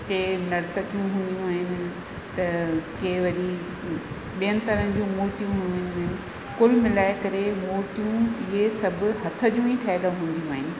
केरु नर्तकियूं हूंदियूं आहिनि त कंहिं वरी ॿियनि तरहनि जूं मुर्तियूं हूंदियूं आहिनि कुल मिलाए करे मूर्तियूं इहे सभु हथ जूं ई ठहियलु हूंदियूं आहिनि